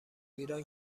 ایران